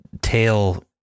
tail